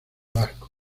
vascos